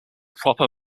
proper